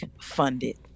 funded